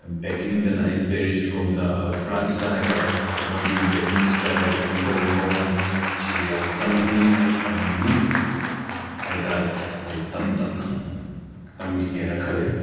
ꯕꯦꯀꯤꯡꯗꯅ ꯑꯩ ꯄꯦꯔꯤꯁꯔꯣꯝꯗ ꯐ꯭ꯔꯥꯟꯁꯇ ꯍꯥꯏꯕ ꯇꯥꯔꯦ ꯃꯣꯏꯒꯤ ꯕꯦꯀꯤꯡ ꯁ꯭ꯇꯥꯏꯜ ꯕꯦꯀꯤꯡ ꯇꯧꯕꯒꯤ ꯃꯑꯣꯡ ꯁꯤꯁꯦ ꯌꯥꯝꯅ ꯇꯝꯅꯤꯡꯏ ꯑꯩ ꯇꯝꯈꯤꯅꯤ ꯍꯥꯏꯕ ꯇꯥꯔꯦ ꯑꯩ ꯇꯞ ꯇꯞꯅ ꯇꯝꯈꯤꯒꯦꯅ ꯈꯜꯂꯤ